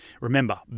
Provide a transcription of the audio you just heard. Remember